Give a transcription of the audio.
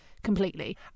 completely